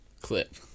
Clip